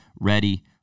ready